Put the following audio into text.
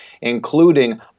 including